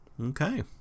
Okay